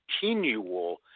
continual